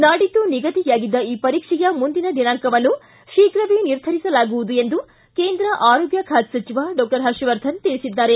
ನಾಡಿದ್ದು ನಿಗದಿಯಾಗಿದ್ದ ಈ ಪರೀಕ್ಷೆಯ ಮುಂದಿನ ದಿನಾಂಕವನ್ನು ಶೀಘ್ರದಲ್ಲೇ ನಿರ್ಧರಿಸಲಾಗುವುದು ಎಂದು ಕೇಂದ್ರ ಆರೋಗ್ನ ಖಾತೆ ಸಚಿವ ಡಾಕ್ಷರ್ ಪರ್ಷವರ್ಧನ್ ತಿಳಿಸಿದ್ದಾರೆ